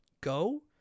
Go